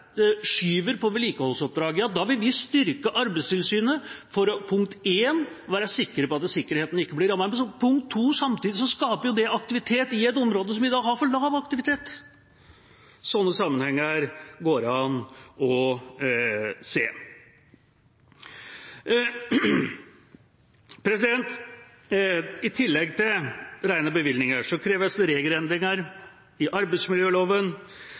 skyver på vedlikeholdsoppdrag. Da vil vi styrke Arbeidstilsynet for 1) å være sikker på at sikkerheten ikke blir rammet, samtidig som det 2) skaper aktivitet i et område der vi i dag har for lav aktivitet. Sånne sammenhenger går det an å se. I tillegg til rene bevilgninger kreves det regelendringer i arbeidsmiljøloven